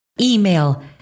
email